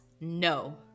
no